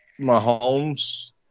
Mahomes